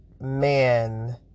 man